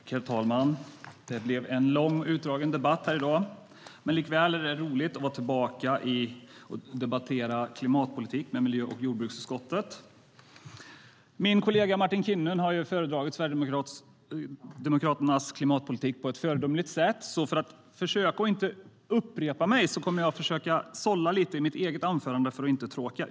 Herr talman! Det blev en lång, utdragen debatt här i dag. Likväl är det roligt att vara tillbaka och debattera klimatpolitik med miljö och jordbruksutskottet. Min kollega Martin Kinnunen har föredragit Sverigedemokraternas klimatpolitik på ett föredömligt sätt, så för att inte tråka ut er med upprepningar ska jag sålla lite i mitt eget anförande.